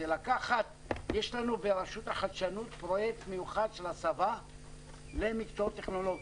יש לנו ברשות החדשנות פרויקט מיוחד של הצבא למקצועות טכנולוגיים.